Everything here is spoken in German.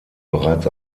bereits